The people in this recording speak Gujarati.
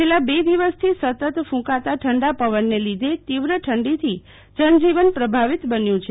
છેલ્લા બે દિવસથી સતત કુંકતા ઠંડા પવનને લીધે તીવ્ર ઠંડીથી જનજીવન પ્રભાવિત બન્યું છે